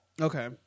Okay